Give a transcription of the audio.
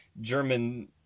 German